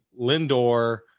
Lindor